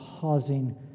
causing